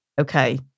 okay